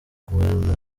guelda